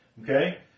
Okay